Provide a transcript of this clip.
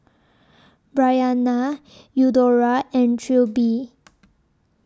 Bryanna Eudora and Trilby